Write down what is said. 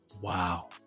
Wow